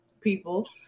people